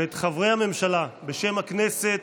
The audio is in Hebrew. ואת חברי הממשלה, בשם הכנסת